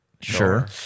Sure